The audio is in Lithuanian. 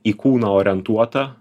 į kūną orientuota